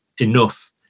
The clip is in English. enough